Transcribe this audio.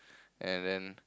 and then